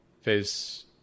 face